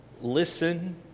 listen